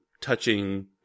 touching